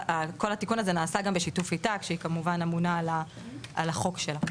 כל התיקון הזה נעשה גם בשיתוף איתה כשהיא כמובן גם אמונה על החוק שלה.